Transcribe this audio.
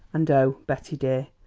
and, oh, betty dear,